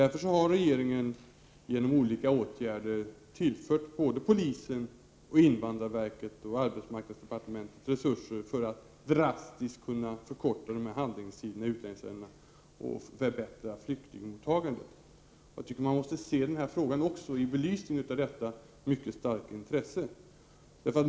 Därför har regeringen genom olika åtgärder tillfört såväl polisen som invandrarverket och arbetsmarknadsdepartementet resurser för att drastiskt kunna förkorta handläggningstiderna i utlänningsärenden och förbättra flyktingmottagandet. Jag tycker att man måste se den här frågan också i belysning av detta mycket starka intresse.